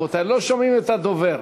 לא שומעים את הדובר.